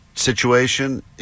situation